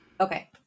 Okay